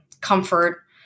comfort